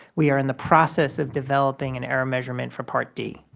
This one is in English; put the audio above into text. we are in the process of developing an error measurement for part d.